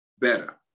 better